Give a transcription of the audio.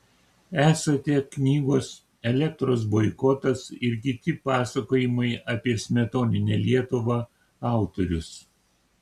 esate knygos elektros boikotas ir kiti pasakojimai apie smetoninę lietuvą autorius